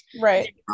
Right